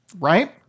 Right